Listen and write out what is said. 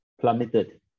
plummeted